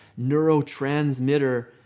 neurotransmitter